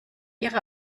ihre